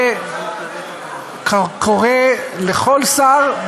זה קורה לכל שר,